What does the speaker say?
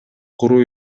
куруу